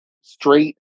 straight